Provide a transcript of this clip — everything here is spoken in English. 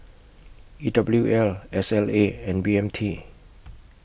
E W L S L A and B M T